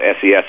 SES